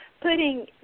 putting